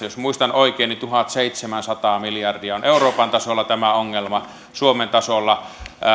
jos muistan oikein niin tuhatseitsemänsataa miljardia on euroopan tasolla tämä ongelma suomen tasolla